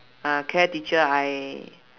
uh care teacher I